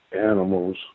animals